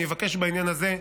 אבקש בעניין הזה,